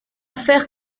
faire